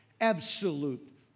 Absolute